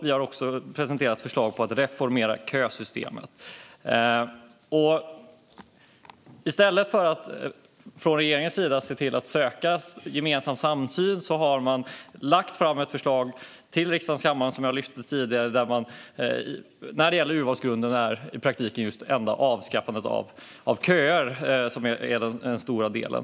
Vi har också presenterat förslag på att reformera kösystemet. I stället för att från regeringens sida se till att söka samsyn har man, som jag tog upp tidigare, lagt fram ett förslag till riksdagens kammare där det när det gäller urvalsgrunden i praktiken är avskaffandet av köer som är den stora delen.